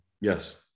Yes